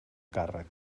càrrec